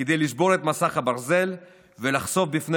כדי לשבור את מסך הברזל ולחשוף בפני